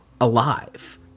alive